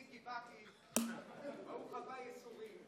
באתי, ברוך הבא, ייסורים.